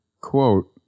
quote